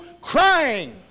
crying